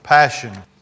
Passion